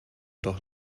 doch